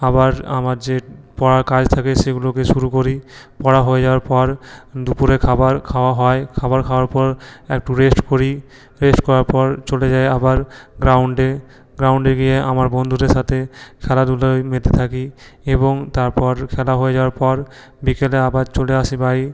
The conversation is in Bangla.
আবার আমার যে পড়া কাজ থাকে সেগুলোকে শুরু করি পড়া হয়ে যাওয়ার পর দুপুরে খাবার খাওয়া হয় খাবার খাওয়ার পর একটু রেস্ট করি রেস্ট করার পর চলে যাই আবার গ্রাউন্ডে গ্রাউন্ডে গিয়ে আমার বন্ধুদের সাথে খেলাধুলোয় মেতে থাকি এবং তারপর খেলা হয়ে যাওয়ার পর বিকেলে আবার চলে আসি বাড়ি